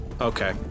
Okay